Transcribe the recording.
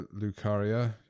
Lucaria